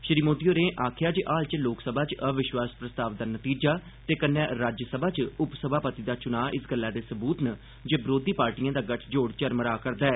श्री मोदी होरें आखेआ जे हाल च लोकसभा च अविश्वास प्रस्ताव दा नतीजा ते कन्नै राज्यसभा च उपसभापति दा चुनां इस गल्लै दे सबूत न जे बरोधी पार्टिएं दा गठजोड़ चरमरा करदा ऐ